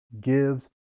gives